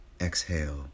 exhale